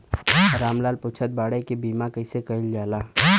राम लाल पुछत बाड़े की बीमा कैसे कईल जाला?